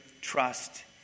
trust